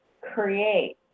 create